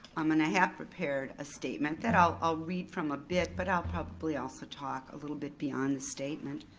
um and i have prepared a statement that i'll i'll read from a bit, but i'll probably also talk a little bit beyond the statement.